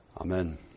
Amen